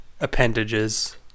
appendages